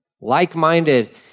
like-minded